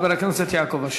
חבר הכנסת יעקב אשר.